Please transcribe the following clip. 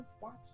watch